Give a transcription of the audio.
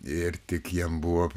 ir tik jam buvo